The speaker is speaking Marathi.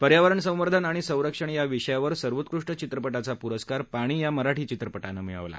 पर्यावरण संवर्धन आणि संरक्षण या विषयावर सर्वोत्कष्ट चित्रपटाचा प्रस्कार पाणी या मराठी चित्रपटानं मिळवला आहे